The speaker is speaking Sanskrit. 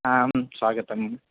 आम् स्वागतं